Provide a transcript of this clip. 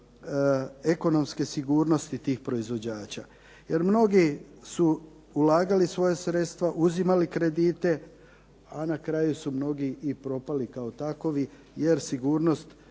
ekonomske sigurnosti tih proizvođača. Jer mnogi su ulagali svoja sredstva, uzimali kredite, a na kraju su mnogi i propali kao takovi jer sigurnost